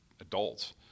adults